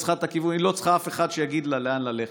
היא לא צריכה אף אחד שיגיד לה לאן ללכת.